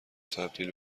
تبدیل